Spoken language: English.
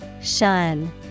Shun